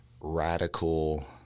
radical